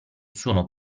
sono